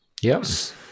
yes